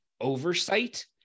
oversight